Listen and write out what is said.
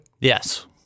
Yes